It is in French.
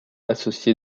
associé